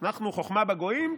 חוכמה בגויים,